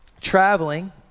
traveling